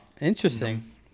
Interesting